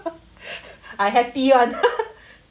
I happy [one]